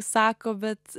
sako bet